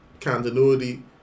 continuity